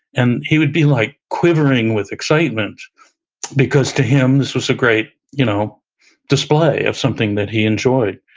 and he would be like quivering with excitement because to him this was a great you know display of something that he enjoyed.